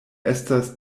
estas